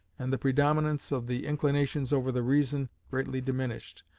and the predominance of the inclinations over the reason greatly diminished,